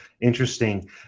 interesting